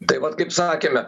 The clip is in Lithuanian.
tai vat kaip sakėme